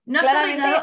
Claramente